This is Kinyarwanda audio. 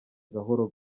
gahoro